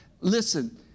Listen